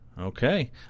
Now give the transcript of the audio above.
Okay